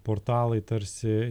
portalai tarsi